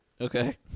okay